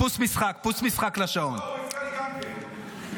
אני מרגיש עמית שלך,